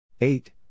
Eight